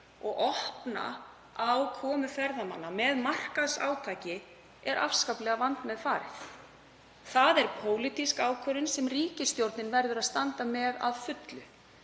og opna á komu ferðamanna með markaðsátaki er afskaplega vandmeðfarið. Það er pólitísk ákvörðun sem ríkisstjórnin verður að standa með að fullu.